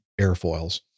airfoils